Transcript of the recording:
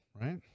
right